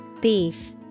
Beef